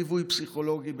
בליווי פסיכולוגי,